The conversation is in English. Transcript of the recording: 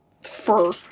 fur